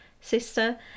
sister